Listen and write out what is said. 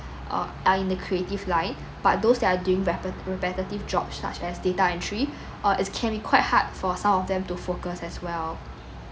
err are in the creative line but those they're doing repe~ repetitive jobs such as data entry uh is can be quite hard for some of them to focus as well